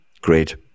Great